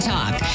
Talk